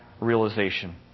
realization